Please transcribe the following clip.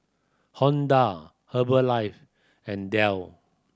Honda Herbalife and Dell